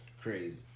Crazy